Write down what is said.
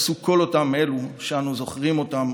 כפי שעשו כל אותם אלו שאנו זוכרים אותם